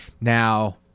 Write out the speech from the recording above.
Now